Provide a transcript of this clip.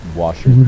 washer